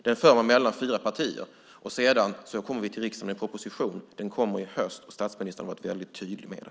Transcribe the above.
Den förs mellan fyra partier. Sedan läggs en proposition fram för riksdagen. Propositionen kommer i höst - statsministern har varit tydlig med det.